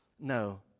No